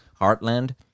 Heartland